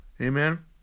Amen